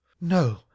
no